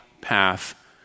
path